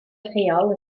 rheol